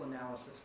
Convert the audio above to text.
analysis